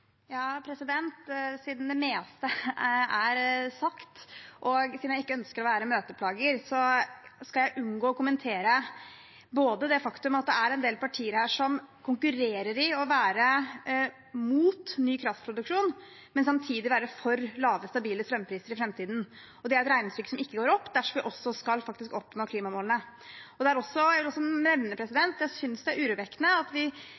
Siden det meste er sagt, og siden jeg ikke ønsker å være møteplager, skal jeg unngå å kommentere det faktum at det er en del partier her som konkurrerer i å være mot ny kraftproduksjon, men samtidig er for lave, stabile strømpriser i framtiden. Det er et regnestykke som ikke går opp dersom vi faktisk skal oppnå klimamålene. Jeg vil også nevne at jeg synes det er urovekkende at vi